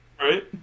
Right